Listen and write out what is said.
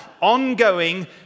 ongoing